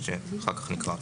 אחר כך נקרא אותה.